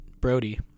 Brody